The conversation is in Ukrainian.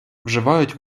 вживають